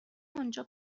آنجا